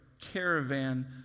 caravan